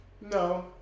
No